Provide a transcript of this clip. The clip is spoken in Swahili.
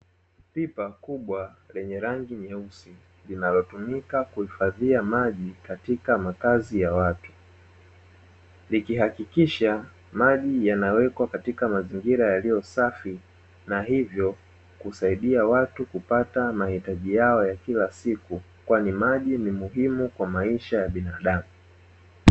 Pipa kubwa lenye rangi nyeusi, linalotumika kuhifadhia maji, katika makazi ya watu, likihakikisha maji yanawekwa katika mazingira yaliyo safi, na hivyo kusaidia watu kupata mahitaji yao ya kila siku, kwani maji ni muhimu kwa maisha ya binadamu.